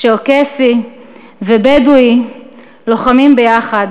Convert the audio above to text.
צ'רקסי ובדואי לוחמים ביחד,